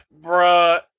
Bruh